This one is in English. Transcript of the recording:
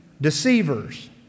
deceivers